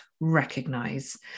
recognize